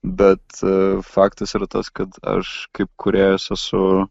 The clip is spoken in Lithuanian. bet faktas yra tas kad aš kaip kūrėjas esu